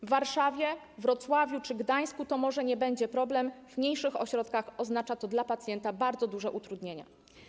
W Warszawie, Wrocławiu czy Gdańsku to może nie będzie problem, w mniejszych ośrodkach oznacza to dla pacjenta bardzo duże utrudnienia.